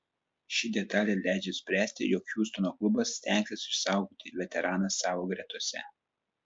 ši detalė leidžia spręsti jog hjustono klubas stengsis išsaugoti veteraną savo gretose